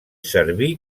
serví